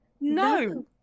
No